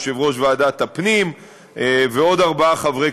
יושב-ראש ועדת הפנים ועוד ארבעה חברי